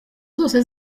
zose